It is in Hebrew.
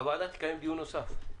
הוועדה תקיים דיון נוסף.